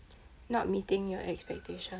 not meeting your expectation